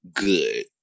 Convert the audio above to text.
good